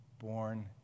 born